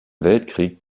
weltkrieg